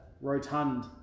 rotund